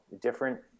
different